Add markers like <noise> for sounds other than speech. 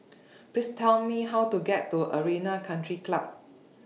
<noise> Please Tell Me How to get to Arena Country Club